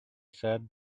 said